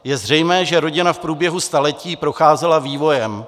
Je zřejmé, že rodina v průběhu staletí procházela vývojem.